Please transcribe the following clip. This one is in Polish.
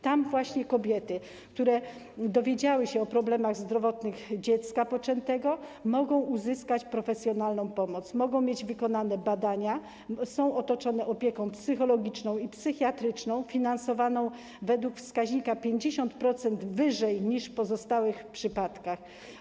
Tam właśnie kobiety, które dowiedziały się o problemach zdrowotnych dziecka poczętego, mogą uzyskać profesjonalną pomoc, mogą mieć wykonane badania, są otoczone opieką psychologiczną i psychiatryczną, której finansowanie według wskaźnika jest o 50% wyższe niż w pozostałych przypadkach.